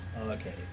okay